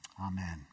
Amen